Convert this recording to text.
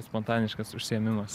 spontaniškas užsiėmimas